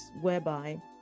whereby